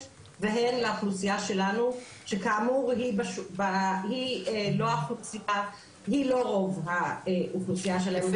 והן לאוכלוסייה שלנו שכאמור היא לא רוב האוכלוסייה ---.